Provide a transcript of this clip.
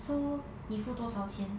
so 你付多少钱